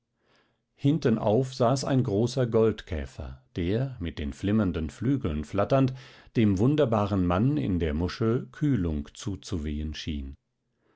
hintenauf saß ein großer goldkäfer der mit den flimmernden flügeln flatternd dem wunderbaren mann in der muschel kühlung zuzuwehen schien